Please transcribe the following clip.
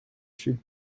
should